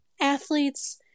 athletes